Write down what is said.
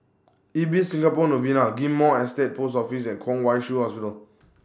Ibis Singapore Novena Ghim Moh Estate Post Office and Kwong Wai Shiu Hospital